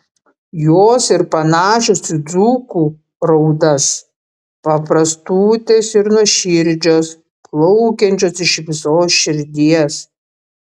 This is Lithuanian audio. jos ir panašios į dzūkų raudas paprastutės ir nuoširdžios plaukiančios iš visos širdies